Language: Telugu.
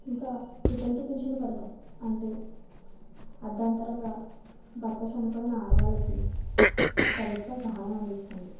ఇంకా వితంతు పెన్షన్ పథకం అంటే అర్దాంతరంగా భర్త చనిపోయిన ఆడవాళ్ళకి ప్రభుత్వ సహాయం అందిస్తుంది